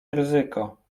ryzyko